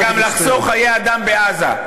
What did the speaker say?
זה גם לחסוך חיי אדם בעזה.